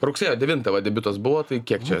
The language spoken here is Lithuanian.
rugsėjo devintą va debiutas buvo tai kiek čia